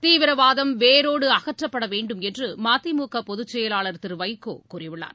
தீவிரவாதம் வேரோடு அகற்றப்பட வேண்டும் என்று மதிமுக பொதுச் செயவாளர் திரு வைகோ கூறியுள்ளார்